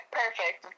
perfect